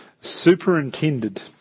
superintended